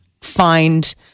find